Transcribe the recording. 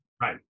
right